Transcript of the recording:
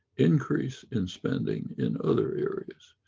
increase in spending in other areas.